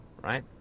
right